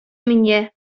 mnie